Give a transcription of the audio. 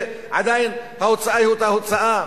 עדיין ההוצאה היא אותה הוצאה.